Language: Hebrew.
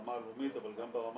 ברמה הלאומית אבל גם ברמה